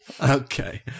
Okay